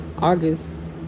august